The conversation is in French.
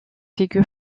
figure